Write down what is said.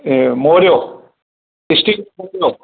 ऐ मोरियो स्टील जो